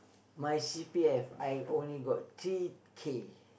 my C_P_F I only got three K